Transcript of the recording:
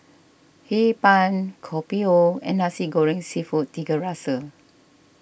Hee Pan Kopi O and Nasi Goreng Seafood Tiga Rasa